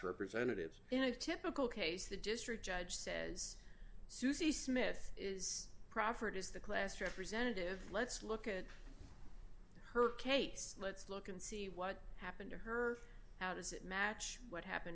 representatives in a typical case the district judge says susie smith is proffered as the class representative let's look at her case let's look and see what happened to her how does it match what happened